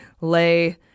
lay